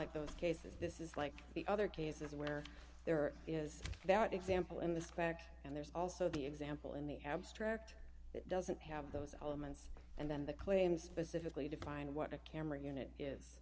like those cases this is like the other cases where there is that example in the spec and there's also the example in the abstract it doesn't have those elements and then the claims specifically define what a camera unit is